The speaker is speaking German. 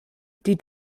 die